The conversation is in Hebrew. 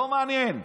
לא מעניין.